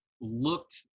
looked